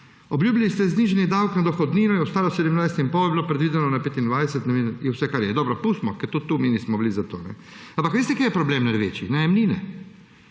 Obljubili ste znižanje davka na dohodnino in ostalo – 17,5 je bilo predvideno na 25 in vse, kar je. Dobro, pustimo, ker tudi tu mi nismo bili za to. Ampak veste, kaj je problem največji? Najemnine.